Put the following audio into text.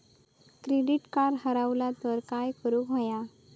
Credit card हरवला तर काय करुक होया?